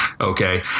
Okay